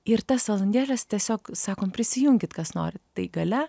ir tas valandėles tiesiog sakom prisijunkit kas norit tai gale